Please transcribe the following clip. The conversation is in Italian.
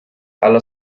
alla